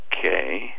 Okay